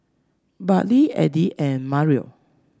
Burley Eddie and Mariel